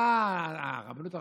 תדע, הרבנות הראשית,